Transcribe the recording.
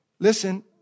Listen